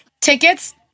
Tickets